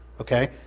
Okay